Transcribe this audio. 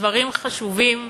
דברים חשובים,